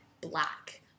black